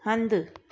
हंधि